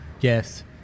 yes